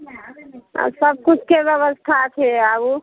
आओर सबकिछुके व्यवस्था छै आबू